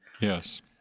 Yes